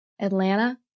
Atlanta